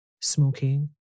smoking